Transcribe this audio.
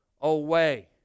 away